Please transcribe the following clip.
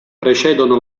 precedono